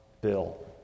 Bill